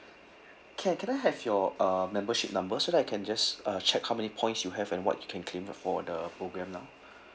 can can I have your uh membership number so that I can just uh check how many points you have and what you can claim for the programme now